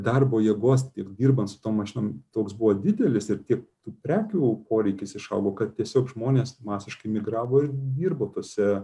darbo jėgos ir dirbant su tuo mašinom toks buvo didelis ir tiek tų prekių poreikis išaugo kad tiesiog žmonės masiškai migravo ir dirbo tose